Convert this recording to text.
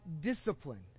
Discipline